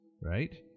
right